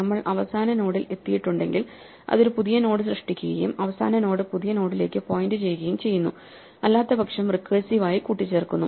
നമ്മൾ അവസാന നോഡിൽ എത്തിയിട്ടുണ്ടെങ്കിൽ അത് ഒരു പുതിയ നോഡ് സൃഷ്ടിക്കുകയും അവസാന നോഡ് പുതിയ നോഡിലേക്ക് പോയിന്റ് ചെയ്യുകയും ചെയ്യുന്നു അല്ലാത്തപക്ഷം റിക്കേഴ്സീവ് ആയി കൂട്ടിച്ചേർക്കുന്നു